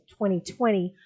2020